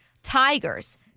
Tigers